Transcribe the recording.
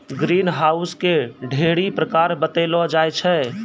green house के ढ़ेरी प्रकार बतैलो जाय छै